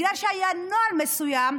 בגלל שהיה נוהל מסוים,